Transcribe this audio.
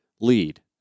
lead